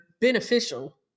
beneficial